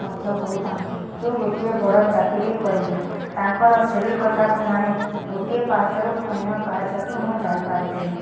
ମଧ୍ୟ କହିଥାନ୍ତି ତୁ ଗୋଟିଏ ବଡ଼ ଚାକିରି କରିବୁ ତାଙ୍କର ସେହି କଥାକୁ ମାନେ ଗୋଟିଏ ପାହାଚାରୁ ଅନ୍ୟ ପାହାଚକୁ ମୁଁ ଯାଇପାରିଥିଲି